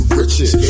riches